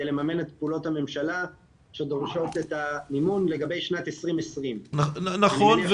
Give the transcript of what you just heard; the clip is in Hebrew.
לממן את פעולות הממשלה שדורשות את המימון לגבי שנת 2020. נכון,